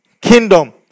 kingdom